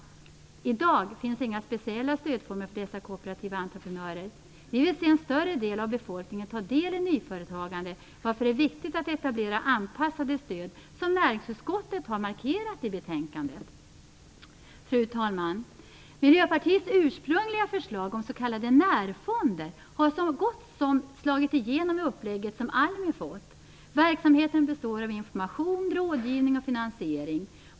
I dag finns inga speciella stödformer för dessa kooperativa entreprenörer. Vi vill se en större del av befolkningen ta del i nyföretagande, varför det är viktigt att etablera anpassade stöd, som näringsutskottet har markerat i sitt yttrande till betänkandet. Fru talman! Miljöpartiets ursprungliga förslag om s.k. närfonder har så gott som slagit igenom i det upplägg som ALMI fått. Verksamheten består av information, rådgivning och finansiering.